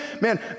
man